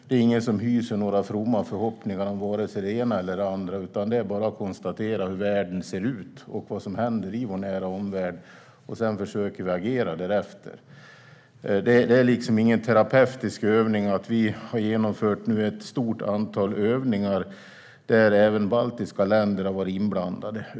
Det är ingen som hyser några fromma förhoppningar om vare sig det ena eller det andra, utan det är bara att konstatera hur världen ser ut och vad som händer i vår nära omvärld. Sedan försöker vi agera därefter. Det är liksom ingen terapeutisk verksamhet att vi nu har genomfört ett stort antal övningar där även baltiska länder har varit inblandade.